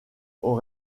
aux